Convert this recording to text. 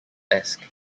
esk